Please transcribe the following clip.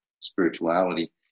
spirituality